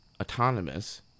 Autonomous